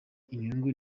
inyungu